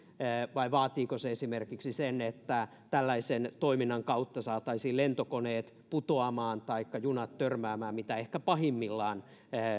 vai vaatiiko se esimerkiksi sen että tällaisen toiminnan kautta saataisiin lentokoneet putoamaan taikka junat törmäämään mitä ehkä pahimmillaan